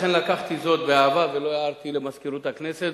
לכן לקחתי זאת באהבה ולא הערתי למזכירות הכנסת.